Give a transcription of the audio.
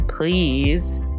Please